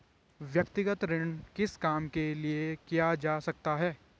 व्यक्तिगत ऋण किस काम के लिए किया जा सकता है?